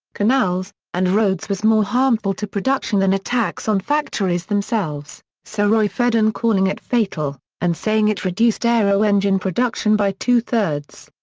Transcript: canals, and roads was more harmful to production than attacks on factories themselves, sir roy fedden calling it fatal and saying it reduced aeroengine production by two thirds.